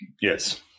Yes